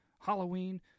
Halloween